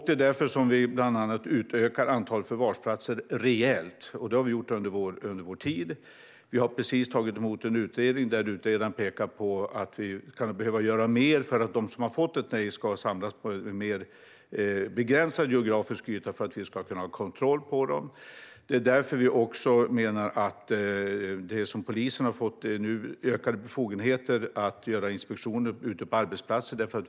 Det är därför som vi bland annat utökar antalet förvarsplatser rejält. Det har vi gjort under vår tid. Vi har också precis tagit emot en utredning där utredaren pekar på att vi kan behöva göra mer för att de som har fått ett nej ska samlas på en mer begränsad geografisk yta, så att vi ska kunna ha kontroll på dem. Polisen har nu fått ökade befogenheter att göra inspektioner ute på arbetsplatser.